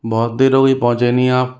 बहुत देर हो गयी पहुँचे नहीं आप